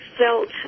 felt